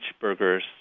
burgers